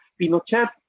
Pinochet